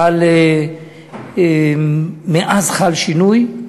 אבל מאז חל שינוי,